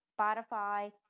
Spotify